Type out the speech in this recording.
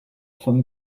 vom